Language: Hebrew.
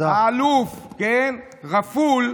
האלוף רפול,